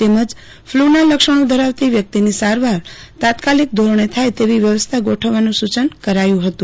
તેમજ ફલુના લક્ષણો ધરાવતી વ્યકિતની સારવાર તાત્કાલીક ધોરણે થાય તેવી વ્યવસ્થા ગોઠવવાનું સુચન કરાયું